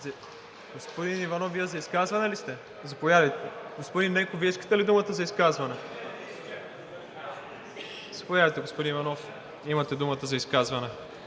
Господин Иванов, Вие за изказване ли сте? Заповядайте. Господин Ненков, Вие искате ли думата за изказване? Не. Заповядайте, господин Иванов, имате думата за изказване.